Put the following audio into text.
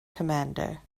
commander